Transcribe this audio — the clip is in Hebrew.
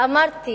ואמרתי